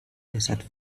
desert